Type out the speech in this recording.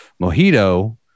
Mojito